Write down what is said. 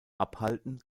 abhalten